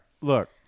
look